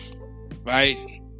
Right